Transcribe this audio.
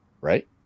right